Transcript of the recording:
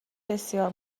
بسیار